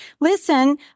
Listen